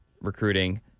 recruiting